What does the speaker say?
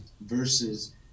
versus